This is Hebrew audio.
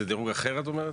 זה דירוג אחר את אומרת?